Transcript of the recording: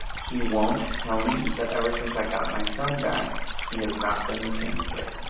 he won't tell me. but ever since i got my son back, he has not been the same kid.